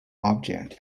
object